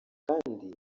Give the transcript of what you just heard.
kandi